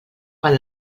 quan